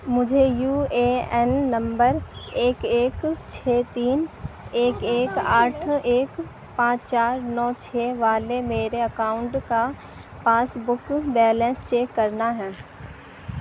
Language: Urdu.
مجھے یو اے این نمبر ایک ایک چھ تین ایک ایک آٹھ ایک پانچ چار نو چھ والے میرے اکاؤنٹ کا پاس بک بیلنس چیک کرنا ہے